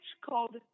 called